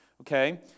Okay